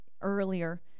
earlier